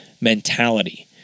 mentality